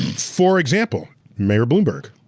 for example, mayor bloomberg.